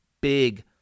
big